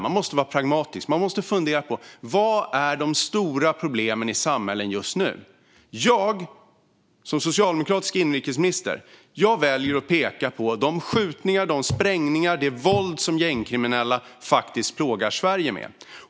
Man måste vara pragmatisk och fundera på vad som är de stora problemen i samhället just nu. Som socialdemokratisk inrikesminister väljer jag att peka på de skjutningar och sprängningar och det våld som gängkriminella faktiskt plågar Sverige med.